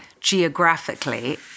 geographically